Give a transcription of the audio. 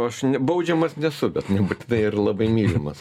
aš ne baudžiamas nesu bet nebūtinai ir labai mylimas